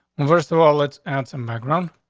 and first of all, let's answer my ground.